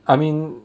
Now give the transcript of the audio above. I mean